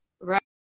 Right